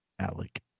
Alec